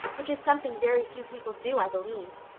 which is something very few people do, i believe.